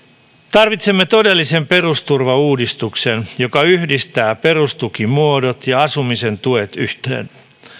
tarvitsemme todellisen perusturvauudistuksen joka yhdistää perustukimuodot ja asumisen tuet yhteen